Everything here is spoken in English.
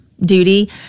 duty